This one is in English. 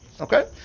Okay